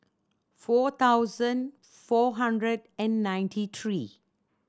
four thousand four hundred and ninety three